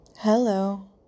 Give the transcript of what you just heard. Hello